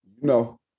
No